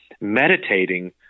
meditating